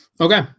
Okay